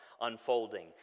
unfolding